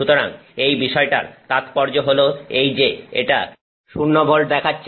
সুতরাং এই বিষয়টার তাৎপর্য হলো এই যে এটা শূন্য ভোল্ট দেখাচ্ছে